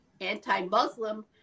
anti-Muslim